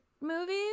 movies